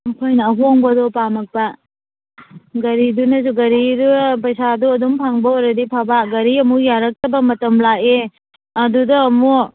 ꯑꯩꯈꯣꯏꯅ ꯑꯍꯣꯡꯕꯗꯣ ꯄꯥꯝꯃꯛꯄ ꯒꯥꯔꯤꯗꯨꯅꯁꯨ ꯒꯥꯔꯤꯗꯨ ꯄꯩꯁꯥꯗꯨ ꯑꯗꯨꯝ ꯐꯪꯕ ꯑꯣꯏꯔꯗꯤ ꯐꯕ ꯒꯥꯔꯤ ꯑꯃꯨꯛ ꯌꯥꯔꯛꯇꯕ ꯃꯇꯝ ꯂꯥꯛꯑꯦ ꯑꯗꯨꯗ ꯑꯃꯨꯛ